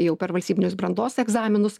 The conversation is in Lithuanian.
jau per valstybinius brandos egzaminus